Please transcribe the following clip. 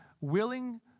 willing